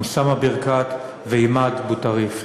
אוסאמה ברכאת ועימאד אבו טריף.